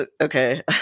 okay